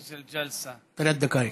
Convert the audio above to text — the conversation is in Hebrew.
שלוש דקות.)